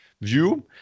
view